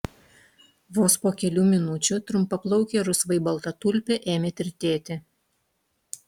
vos po kelių minučių trumpaplaukė rusvai balta tulpė ėmė tirtėti